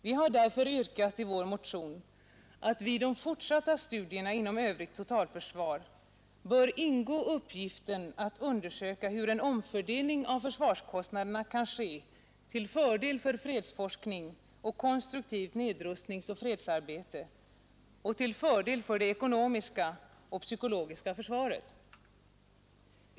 Vi har därför i vår motion yrkat att vid de fortsatta studierna inom övrigt totalförsvar bör ingå uppgiften att undersöka hur en omfördelning av försvarskostnaderna kan ske till fördel för fredsforskning och konstruktivt nedrustningsoch fredsarbete och till fördel för det ekonomiska och psykologiska försvaret.